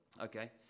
Okay